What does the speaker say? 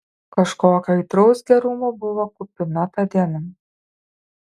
kažkokio aitraus gerumo buvo kupina ta diena